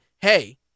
hey